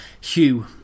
Hugh